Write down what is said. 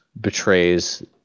betrays